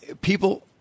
people